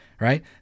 right